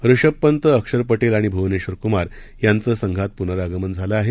ऋषभ पंत अक्षर पटेल आणि भुवनेश्वर कुमार यांच संघात पुनरागमन झालं आहे